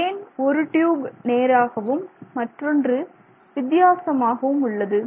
ஏன் ஒரு டியூப் நேராகவும் மற்றொன்று வித்தியாசமாகவும் உள்ளது